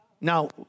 Now